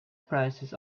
prices